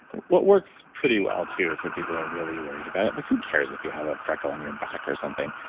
what works pretty well too for people who are really worried about it, like who cares if you have a freckle on your back or something.